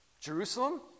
Jerusalem